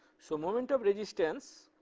so moment of resistance,